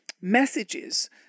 messages